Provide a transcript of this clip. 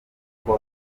kuko